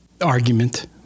argument